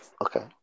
Okay